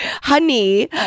Honey